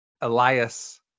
Elias